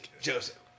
Joseph